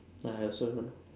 uh I also don't know